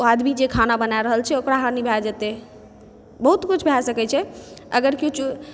ओ आदमी जे खाना बना रहल छै ओकरा हानि भए जेतै बहुत किछु भए सकै छै अगर केओ